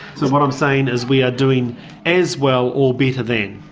so what i'm saying is we are doing as well or better than.